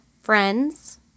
friends